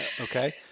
Okay